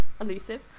Elusive